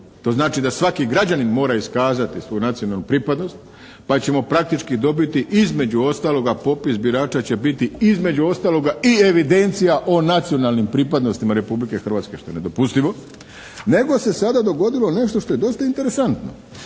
To znači da svaki građanin mora iskazati svoju nacionalnu pripadnost pa ćemo praktički dobiti između ostaloga popis birača će biti, između ostaloga i evidencija o nacionalnim pripadnostima Republike Hrvatske što je nedopustivo. Nego se sada dogodilo nešto što je dosta interesantno.